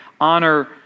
honor